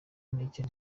n’icyo